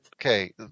okay